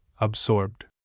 absorbed